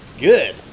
good